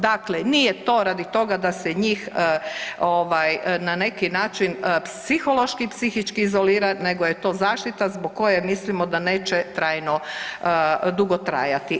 Dakle, nije to radi toga da se njih na neki način psihološki i psihički izolira, nego je to zaštita zbog koje mislimo da neće trajno, dugo trajati.